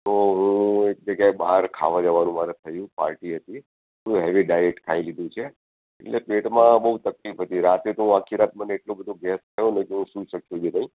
તો હું એક જગ્યાએ બહાર ખાવા જવાનું મારે થયું પાર્ટી હતી તો હેવી ડાયેટ ખાઈ લીધું છે એટલે પેટમાં બહુ તકલીફ હતી રાત્રે તો આખી રાત મને એટલો બધો ગેસ થયો ને કે હું સૂઈ શક્યો બી નહીં